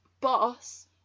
boss